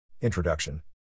Introduction